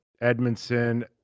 Edmondson